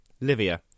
Livia